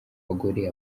abagore